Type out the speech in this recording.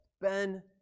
Ben